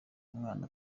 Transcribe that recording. umwana